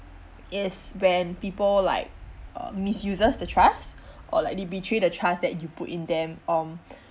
is when people like uh misuses the trust or like they betray the trust that you put in them um